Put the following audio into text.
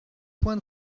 points